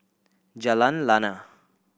Jalan Lana